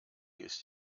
ist